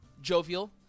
jovial